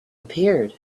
appeared